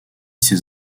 ces